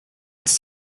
its